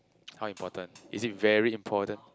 how important is it very important